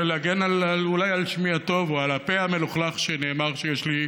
להגן אולי על שמי הטוב או על הפה המלוכלך שנאמר שיש לי,